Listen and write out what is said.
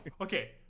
Okay